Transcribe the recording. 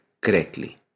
correctly